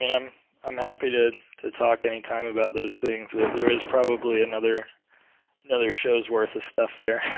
you know am am happy to to talk anytime about those things. there is probably another another shows worth of stuff there.